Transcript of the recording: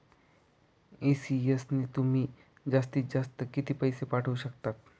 ECS ने तुम्ही जास्तीत जास्त किती पैसे पाठवू शकतात?